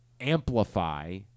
amplify